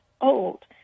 old